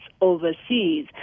overseas